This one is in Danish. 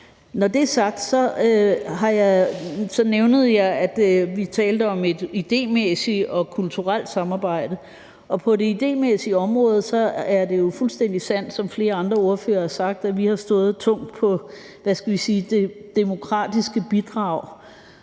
Når det er sagt, nævnte jeg, at vi talte om et idémæssigt og kulturelt samarbejde, og på det idémæssige område er det jo fuldstændig sandt, som flere andre ordførere har sagt, at vi har stået tungt på det demokratiske bidrag,